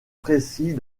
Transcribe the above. précis